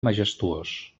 majestuós